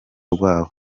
rwabo